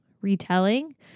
retelling